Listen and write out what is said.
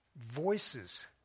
voices